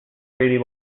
really